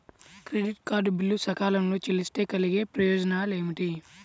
Credit card bill సకాలంలో చెల్లిస్తే కలిగే పరిణామాలేమిటి?